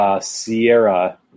Sierra